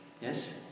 Yes